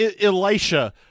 Elisha